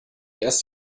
erst